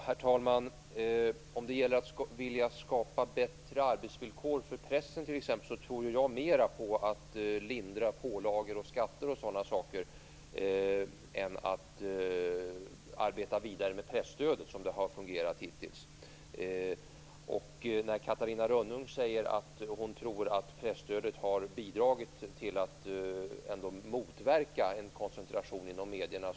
Herr talman! Om det gäller att vilja skapa bättre arbetsvillkor för pressen t.ex. tror jag mera på att lindra pålagor, skatter och sådana saker än att arbeta vidare med presstödet som det har fungerat hittills. Catarina Rönnung säger att hon tror att presstödet har bidragit till att motverka en koncentration inom medierna.